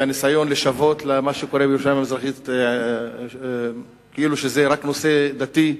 הניסיון לשוות למה שקורה בירושלים המזרחית כאילו זה רק נושא דתי,